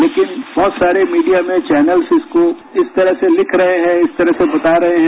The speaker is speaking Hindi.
लेकिन बहुत सारे मीडिया में चौनल्स इसको इस तरह से लिख रहे हैं इस तरह से बता रहे हैं